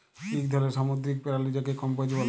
ইক ধরলের সামুদ্দিরিক পেরালি যাকে কম্বোজ ব্যলে